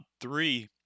three